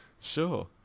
sure